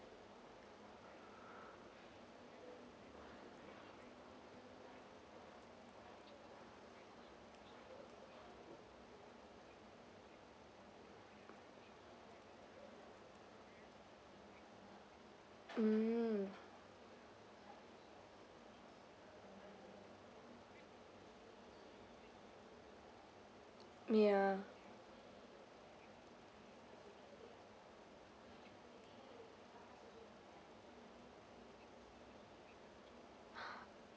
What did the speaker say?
mm yeah